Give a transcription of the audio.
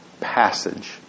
passage